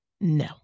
No